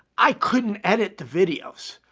i couldn't edit the videos.